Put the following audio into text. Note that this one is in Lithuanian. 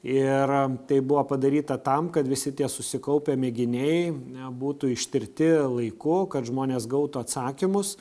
ir tai buvo padaryta tam kad visi tie susikaupę mėginiai na būtų ištirti laiku kad žmonės gautų atsakymus